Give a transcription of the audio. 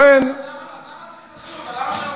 אז למה צריך להשאיר אותה?